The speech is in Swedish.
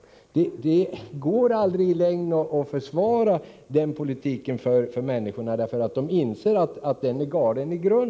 Det går aldrig att i längden försvara den politiken inför människorna. De inser nämligen att den är i grunden galen.